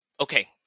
Okay